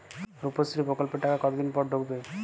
রুপশ্রী প্রকল্পের টাকা কতদিন পর ঢুকবে?